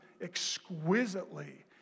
exquisitely